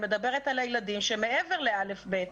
אני מדברת על הילדים שהם מעבר לכיתות א'-ב'.